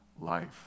life